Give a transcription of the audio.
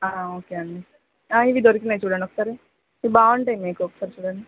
okay అండి ఇవి దొరికాయి చూడండి ఒకసారి ఇవి బాగుంటాయి మీకు ఒకసారి చూడండి